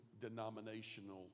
denominational